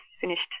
finished